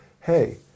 hey